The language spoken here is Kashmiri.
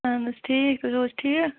اہن حظ ٹھیٖک تُہۍ چھِو حظ ٹھیٖک